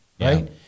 Right